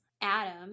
Adam